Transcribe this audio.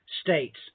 states